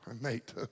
mate